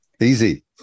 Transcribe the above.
Easy